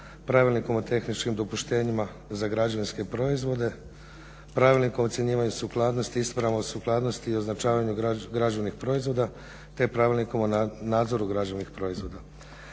Pravilnikom o tehničkim dopuštenjima za građevinske proizvode, Pravilnikom o ocjenjivanju sukladnosti, Ispravom o sukladnosti i označavanju građevnih proizvoda te Pravilnikom o nadzoru građevnih proizvoda.